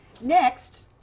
Next